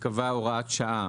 תיקבע הוראת שעה,